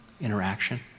interaction